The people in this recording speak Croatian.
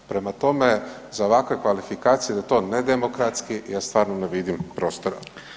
Prema tome, za ovakve kvalifikacije da je to nedemokratski ja stvarno ne vidim prostora.